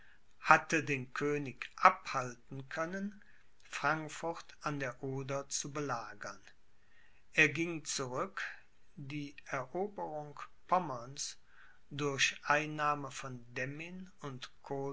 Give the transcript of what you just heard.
hatte den könig abhalten können frankfurt an der oder zu belagern er ging zurück die eroberung pommerns durch einnahme von demmin und